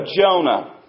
Jonah